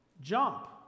jump